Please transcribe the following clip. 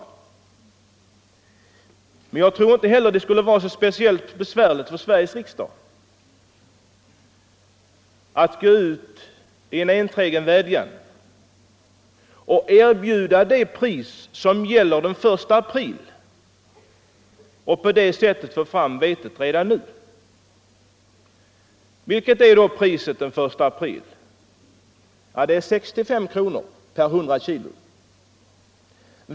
Men jag = Ytterligare insatser tror inte heller att det skulle vara speciellt besvärligt för Sveriges riksdag = för svältdrabbade att gå ut med en enträgen vädjan och erbjuda det pris som gäller den = länder 1 april nästa år — och på det sättet få fram vetet redan nu. Vilket är då priset den 1 april? Ja, det är 65 kronor per 100 kg.